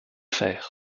fer